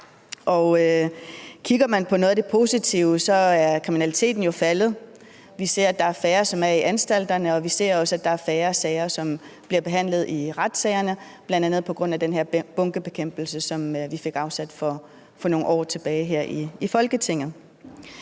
kigger man på noget af det positive, er kriminaliteten faldet. Vi ser, der er færre i anstalterne, og vi ser også, at der er færre sager, som bliver behandlet ved retterne, bl.a. på grund af den her bunkebekæmpelse, som vi fik afsat midler til for nogle år tilbage her i Folketinget.